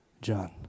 John